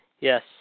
Yes